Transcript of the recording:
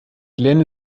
glenn